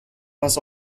was